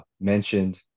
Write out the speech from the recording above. mentioned